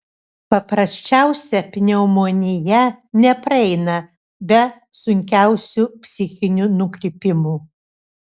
paprasčiausia pneumonija nepraeina be sunkiausių psichinių nukrypimų